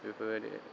बेफोरबायदि